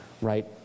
right